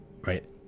right